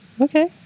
Okay